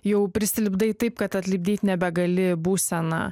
jau prisilipdai taip kad atlipdyti nebegali būseną